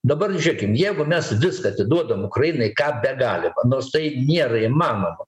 dabar žėkim jeigu mes viską atiduodam ukrainai ką begalim nors tai nėra įmanoma